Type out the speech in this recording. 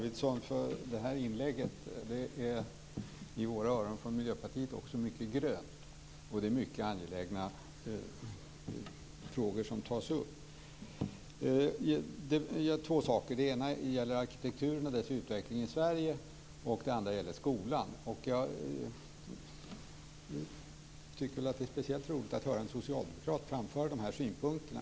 Herr talman! Jag vill tacka Eva Arvidsson för hennes inlägg. För oss i Miljöpartiet var det mycket grönt, och det var mycket angelägna frågor som berördes. Jag vill ta upp två saker. Den ena gäller arkitekturens utveckling i Sverige, och den andra gäller skolan. Jag tycker att det är speciellt roligt att höra en socialdemokrat framföra de här synpunkterna.